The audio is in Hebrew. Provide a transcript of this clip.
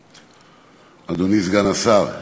אדוני סגן השר,